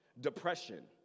depression